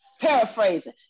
paraphrasing